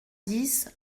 dix